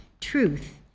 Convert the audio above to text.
truth